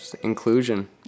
Inclusion